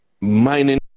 mining